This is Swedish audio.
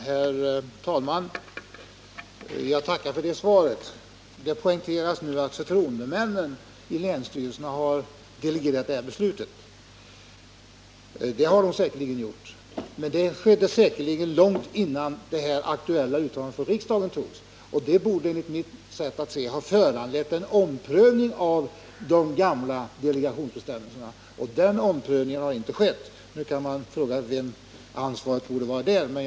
Herr talman! Jag tackar för det svaret. Det poängteras nu att förtroendemännen i länsstyrelserna har delegerat beslutanderätten. Det har de säkerligen gjort, men det skedde utan tvivel långt innan riksdagen gjorde det aktuella uttalandet, vilket enligt mitt sätt att se borde ha föranlett en omprövning av de gamla delegationsbestämmelserna. Den omprövningen har inte skett, och man kan fråga sig vem som bär ansvaret för det.